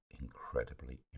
incredibly